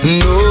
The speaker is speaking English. no